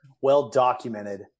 well-documented